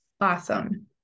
Awesome